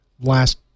last